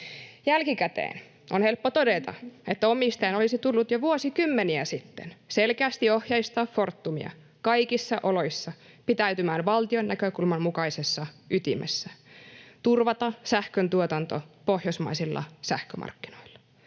Jälkikäteen on helppo todeta, että omistajan olisi tullut jo vuosikymmeniä sitten selkeästi ohjeistaa Fortumia kaikissa oloissa pitäytymään valtion näkökulman mukaisessa ytimessä: turvata sähköntuotanto pohjoismaisilla sähkömarkkinoilla.